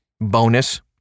Bonus